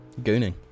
Gooning